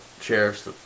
sheriff's